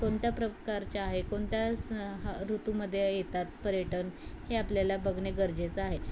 कोणत्या प्रकारच्या आहे कोणत्या स हा ऋतूमध्ये येतात पर्यटन हे आपल्याला बघणे गरजेचं आहे